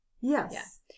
Yes